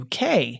UK